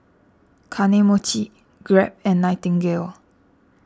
Kane Mochi Grab and Nightingale